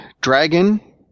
dragon